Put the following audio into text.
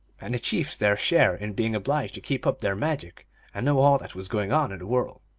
and the chiefs their share in being obliged to keep up their magic and know all that was going on in the world.